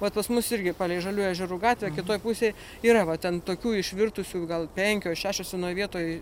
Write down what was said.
vat pas mus irgi palei žalių ežerų gatvę kitoj pusėj yra va ten tokių išvirtusių gal penkios šešios vienoj vietoj